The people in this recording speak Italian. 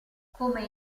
come